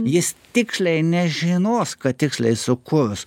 jis tiksliai nežinos ką tiksliai sukurs